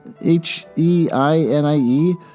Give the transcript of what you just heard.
H-E-I-N-I-E